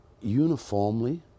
Uniformly